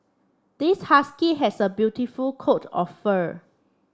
this husky has a beautiful coat of fur